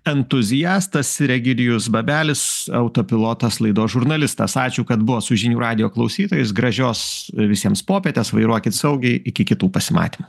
entuziastas ir egidijus babelis autopilotas laidos žurnalistas ačiū kad buvot su žinių radijo klausytojais gražios visiems popietės vairuokit saugiai iki kitų pasimatymų